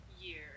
year